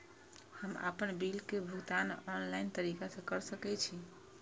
हम आपन बिल के भुगतान ऑनलाइन तरीका से कर सके छी?